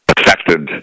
affected